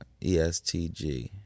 ESTG